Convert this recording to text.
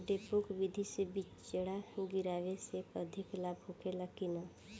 डेपोक विधि से बिचड़ा गिरावे से अधिक लाभ होखे की न?